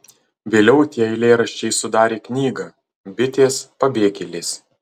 vėliau tie eilėraščiai sudarė knygą bitės pabėgėlės